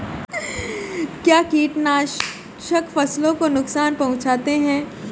क्या कीटनाशक फसलों को नुकसान पहुँचाते हैं?